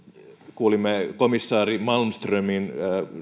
kuulimme komissaari malmströmin